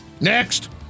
Next